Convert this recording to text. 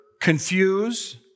confuse